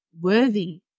worthy